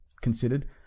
considered